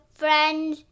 friends